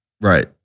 Right